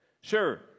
Sure